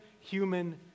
human